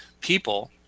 people